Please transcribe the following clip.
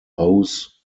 hose